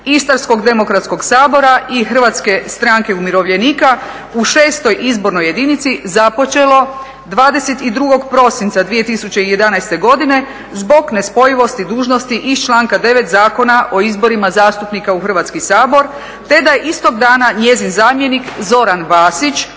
demokrati, IDS-a i HSU-a u VI. izbornoj jedinici započelo 22. prosinca 2011. godine zbog nespojivosti dužnosti iz članka 9. Zakona o izborima zastupnika u Hrvatski sabor te da je istog dana njezin zamjenik Zoran Vasić